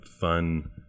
fun